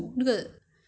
小